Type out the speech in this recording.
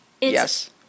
Yes